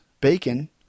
bacon